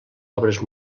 obres